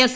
S